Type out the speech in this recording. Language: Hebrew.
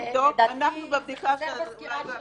לדעתי זה חסר בסקירה שלכם.